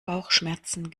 bauchschmerzen